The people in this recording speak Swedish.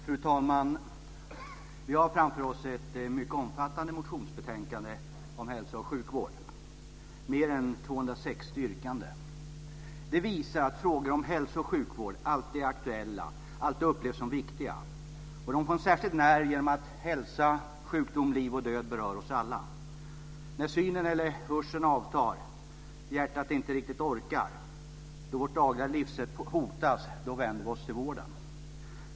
Fru talman! Vi har framför oss ett mycket omfattande motionsbetänkande om hälso och sjukvård - mer än 260 yrkanden. Det visar att frågor om hälsooch sjukvård alltid är aktuella och alltid upplevs som viktiga. De får särskild nerv genom att hälsa, sjukdom, liv och död berör oss alla. När synen eller hörseln avtar, hjärtat inte riktigt orkar och vårt dagliga livssätt hotas vänder vi oss till vården.